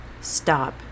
Stop